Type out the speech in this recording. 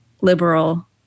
liberal